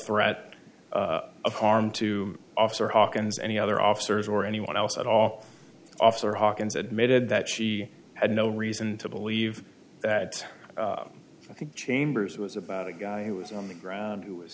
threat of harm to officer hawkins any other officers or anyone else at all officer hawkins admitted that she had no reason to believe that i think chambers was about a guy who was on the ground who